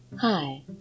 Hi